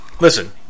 Listen